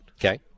Okay